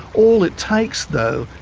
all it takes, though,